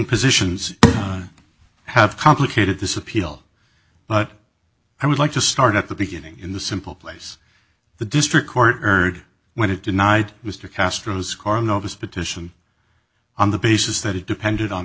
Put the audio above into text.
positions have complicated this appeal but i would like to start at the beginning in the simple place the district court heard when it denied mr castro's car novus petition on the basis that it depended on a